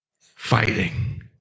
fighting